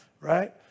right